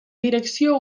direcció